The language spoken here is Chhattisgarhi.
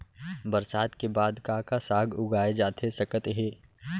बरसात के बाद का का साग उगाए जाथे सकत हे?